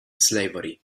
slavery